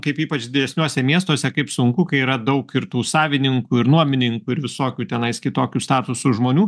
kaip ypač didesniuose miestuose kaip sunku kai yra daug ir tų savininkų ir nuomininkų ir visokių tenais kitokių statusų žmonių